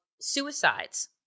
suicides